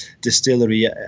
distillery